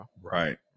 Right